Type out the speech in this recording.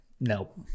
Nope